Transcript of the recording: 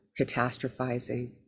catastrophizing